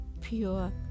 pure